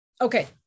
okay